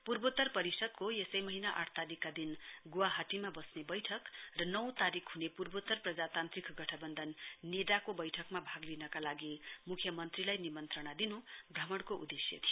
पूर्वोत्तर परिषदको यसै महिना आठ तारीकका दिन गुवाहटीमा बस्ने बैठक र नौ तारिक हुने पूर्वोत्तर प्रजातान्त्रिक गठबन्धन एनईडीएको बैठकमा भाग लिनका लागि मुख्यमन्त्रीलाई निमन्त्रणा दिनु भ्रमणको उद्देश्य थियो